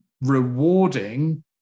rewarding